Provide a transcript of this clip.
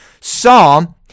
Psalm